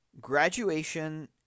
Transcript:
graduation